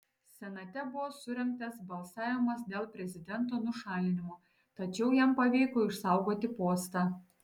senate buvo surengtas balsavimas dėl prezidento nušalinimo tačiau jam pavyko išsaugoti postą